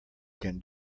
can